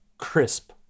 Crisp